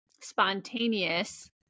spontaneous